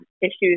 issues